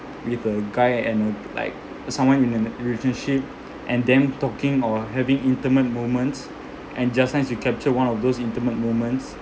with a guy and like someone in an relationship and then talking or having intimate moments and just nice you capture one of those intimate moments